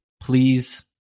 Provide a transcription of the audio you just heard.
please